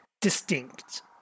distinct